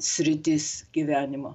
sritis gyvenimo